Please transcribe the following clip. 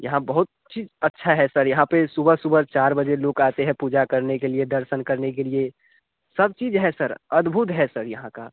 यहाँ बहुत ची अच्छा है सर यहाँ पर सुबह सुबह चार बजे लोग आते हैं पूजा करने के लिए दर्शन करने के लिए सब चीज है सर अद्भुत है सर यहाँ का